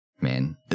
Man